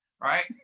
Right